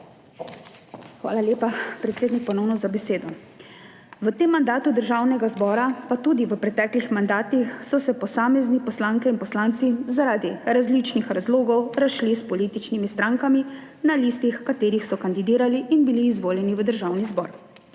Hvala lepa, predsednik, ponovno za besedo. V tem mandatu Državnega zbora in tudi v preteklih mandatih so se posamezni poslanke in poslanci zaradi različnih razlogov razšli s političnimi strankami, na listah katerih so kandidirali in bili izvoljeni v Državni zbor.